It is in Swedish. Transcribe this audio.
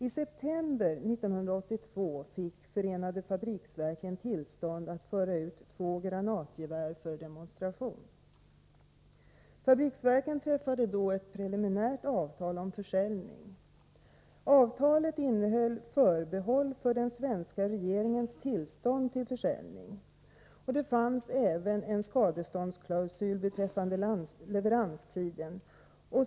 I september 1982 fick Förenade Fabriksverken tillstånd att föra ut två granatgevär för demonstration. Förenade Fabriksverken träffade då ett preliminärt avtal om försäljning. Avtalet innehöll förbehåll för den svenska regeringens tillstånd till försäljning. Det fanns även en skadeståndsklausul beträffande leveranstiden.